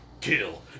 kill